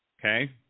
okay